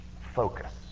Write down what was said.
focus